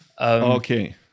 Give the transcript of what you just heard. okay